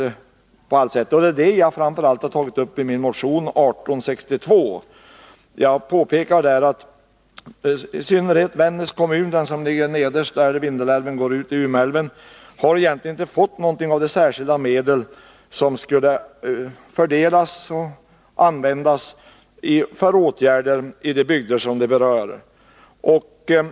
Det är framför allt detta jag har tagit upp i min motion 1862. Jag påpekar att i synnerhet Vännäs kommun — som ligger där Vindelälven går ut i Umeälven — egentligen inte har fått någonting av de särskilda medel som skulle fördelas och användas för åtgärder i de berörda bygderna.